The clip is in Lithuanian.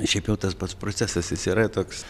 šiap jau tas pats procesas jis yra toks